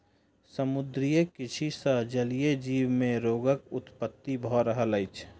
समुद्रीय कृषि सॅ जलीय जीव मे रोगक उत्पत्ति भ रहल अछि